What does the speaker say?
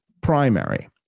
primary